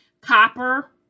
copper